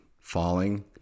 falling